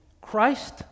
Christ